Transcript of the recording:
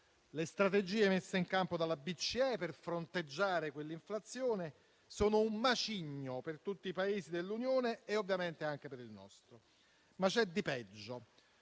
Le strategie messe in campo dalla BCE per fronteggiare quella inflazione sono un macigno per tutti i Paesi dell'Unione e, ovviamente, anche per il nostro. Ma c'è di peggio.